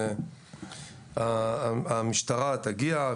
המשטרה תגיע,